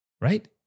right